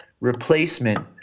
replacement